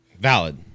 Valid